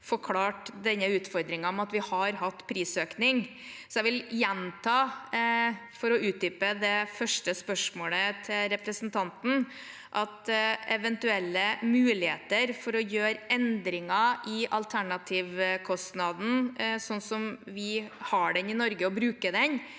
forklarte denne utfordringen med at vi har hatt prisøkning. Så jeg vil gjenta, for å utdype det første spørsmålet til representanten, at eventuelle muligheter for å gjøre endringer i alternativkostnaden, sånn som vi bruker den i Norge, må utredes